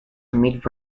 mid